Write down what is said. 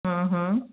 हा हा